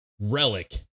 relic